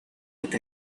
with